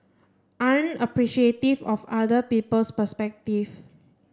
aren't appreciative of other people's perspective